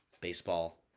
baseball